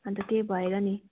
अन्त त्यही भएर नि